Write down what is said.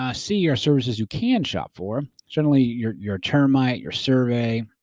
ah c are services you can shop for. generally, your your termite, your survey,